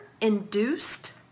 induced